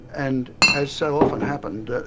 and as so often happened,